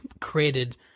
created